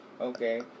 Okay